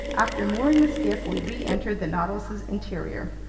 after mooring the skiff, we reentered the nautilus's interior.